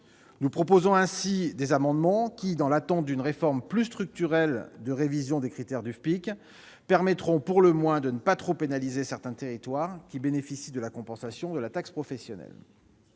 nous proposons plusieurs amendements : dans l'attente d'une réforme plus structurelle de révision des critères du FPIC, ces dispositions permettront pour le moins de ne pas trop pénaliser certains territoires qui bénéficient de la compensation de la taxe professionnelle.